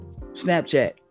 Snapchat